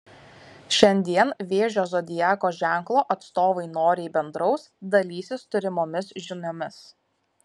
šiandien vėžio zodiako ženklo atstovai noriai bendraus dalysis turimomis žiniomis